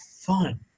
fun